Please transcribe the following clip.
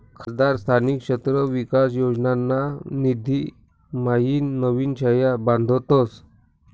खासदार स्थानिक क्षेत्र विकास योजनाना निधीम्हाईन नवीन शाळा बांधतस